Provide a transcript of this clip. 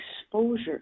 Exposure